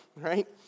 right